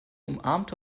umarmte